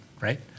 right